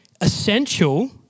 essential